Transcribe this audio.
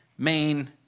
Main